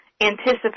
anticipate